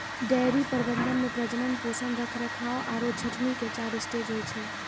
dairy प्रबंधन मॅ प्रजनन, पोषण, रखरखाव आरो छंटनी के चार स्टेज होय छै